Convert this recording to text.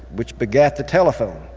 which begat the telephone,